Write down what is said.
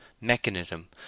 mechanism